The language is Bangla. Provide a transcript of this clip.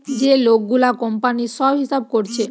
যে লোক গুলা কোম্পানির সব হিসাব কোরছে